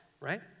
right